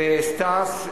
וסטס,